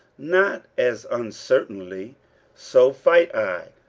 not as uncertainly so fight,